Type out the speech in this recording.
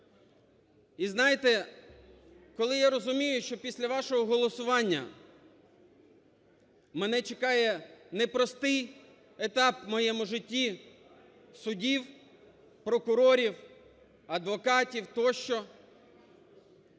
І знаєте, коли я розумію, що після вашого голосування мене чекає непростий етап в моєму житті, судів, прокурорів, адвокатів тощо.